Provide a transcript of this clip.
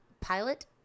pilot